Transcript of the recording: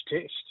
test